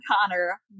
Connor